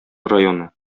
районы